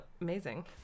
amazing